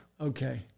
okay